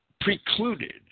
precluded